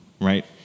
right